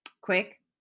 Quick